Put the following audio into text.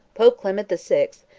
pope clement the sixth,